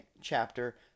chapter